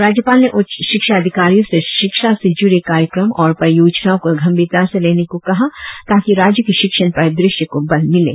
राज्यपाल ने उच्च शिक्षा अधिकारियों से शिक्षा से जुड़े कार्यक्रम और परियोजनाओं को गंभीरता से लेने को कहा ताकि राज्य की शिक्षण परिदृश्य को बल मिले